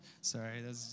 Sorry